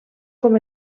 com